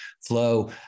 Flow